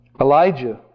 Elijah